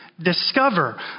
Discover